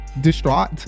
distraught